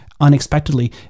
unexpectedly